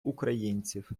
українців